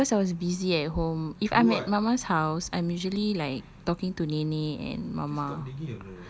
ya because I was busy at home if I'm at mama's house I'm usually like talking to nenek and mama